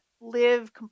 live